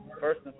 first